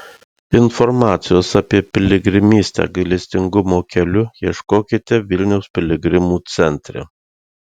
informacijos apie piligrimystę gailestingumo keliu ieškokite vilniaus piligrimų centre